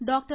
doctor